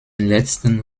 letzten